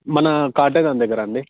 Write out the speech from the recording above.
మన కాటేదాన్ దగ్గరండి